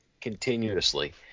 continuously